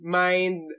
mind